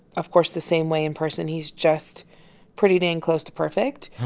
of course, the same way in person. he's just pretty dang close to perfect.